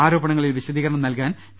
ആരോപണങ്ങളിൽ വിശദീകരണം നൽകാൻ പി